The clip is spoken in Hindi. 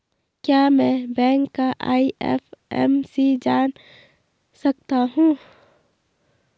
क्या मैं बैंक का आई.एफ.एम.सी जान सकता हूँ?